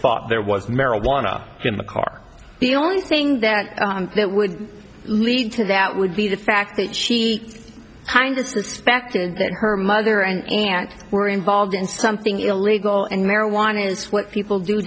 thought there was marijuana in the car the only thing that that would lead to that would be the fact that she kind of suspected that her mother and aunt were involved in something illegal and marijuana is what people do